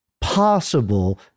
possible